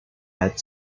had